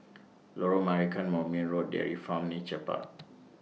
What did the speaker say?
Lorong Marican Moulmein Road Dairy Farm Nature Park